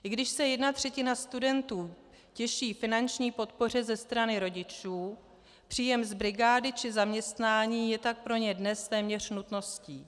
I když se jedna třetina studentů těší finanční podpoře ze strany rodičů, příjem z brigády či zaměstnání je tak pro ně dnes téměř nutností.